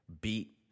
Beat